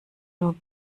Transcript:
nur